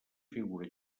figura